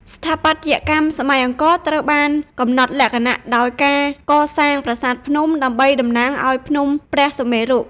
ស្ថាបត្យកម្មសម័យអង្គរត្រូវបានកំណត់លក្ខណៈដោយការកសាងប្រាសាទភ្នំ ដើម្បីតំណាងឱ្យភ្នំព្រះសុមេរុ។